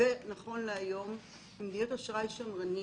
מדיניות אשראי שמרנית.